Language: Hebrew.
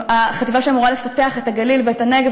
החטיבה אמורה לפתח את הגליל והנגב,